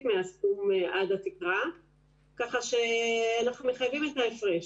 מהסכום עד התקרה כך שאנחנו מחייבים את ההפרש.